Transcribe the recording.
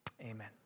Amen